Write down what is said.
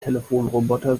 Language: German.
telefonroboter